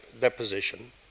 deposition